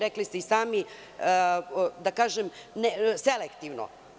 Rekli ste i sami, da kažem, selektivno.